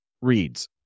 reads